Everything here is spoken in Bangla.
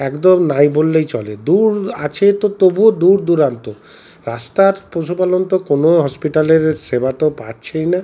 একদম নাই বললেই চলে দূর আছে তো তবুও দূর দূরান্ত রাস্তার পশুপালন তো কোনো হসপিটালের সেবা তো পাচ্ছেই না